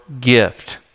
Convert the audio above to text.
gift